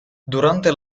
durante